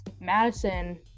Madison